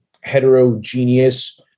heterogeneous